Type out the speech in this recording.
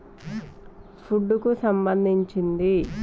Manage meant account లో production cost అంటే ఏమిటి?